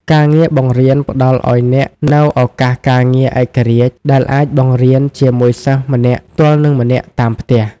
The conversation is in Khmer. ការងារបង្រៀនផ្តល់ឱ្យអ្នកនូវឱកាសការងារឯករាជ្យ ដែលអាចបង្រៀនជាមួយសិស្សម្នាក់ទល់នឹងម្នាក់តាមផ្ទះ។